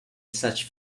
such